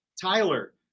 Tyler